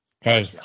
Hey